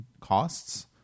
costs